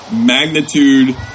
magnitude